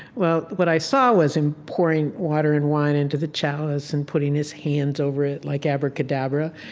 well, what i saw was him pouring water and wine into the chalice and putting his hands over it like, abracadabra.